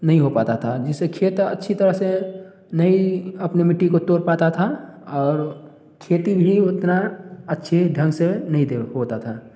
नहीं हो पता था जिसे खेत अच्छी तरह से नहीं अपनी मिट्टी को तोड़ पाता था और खेती भी उतना अच्छे ढंग से नहीं दे होता था